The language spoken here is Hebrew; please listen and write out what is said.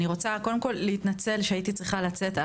אני רוצה, קודם כל, להתנצל שהייתי צריכה לצאת.